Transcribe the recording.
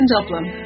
Dublin